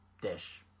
dish